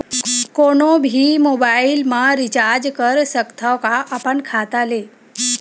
कोनो भी मोबाइल मा रिचार्ज कर सकथव का अपन खाता ले?